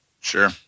Sure